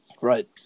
Right